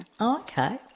okay